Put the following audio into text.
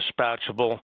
dispatchable